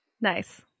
Nice